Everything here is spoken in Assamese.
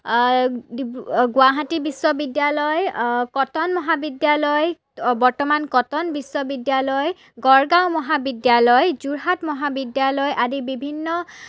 ডিবু গুৱাহাটী বিশ্ববিদ্যালয় কটন মহাবিদ্যালয় বৰ্তমান কটন বিশ্ববিদ্যালয় গড়গাঁও মহাবিদ্যালয় যোৰহাট মহাবিদ্যালয় আদি বিভিন্ন